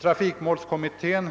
Trafikmålskommittén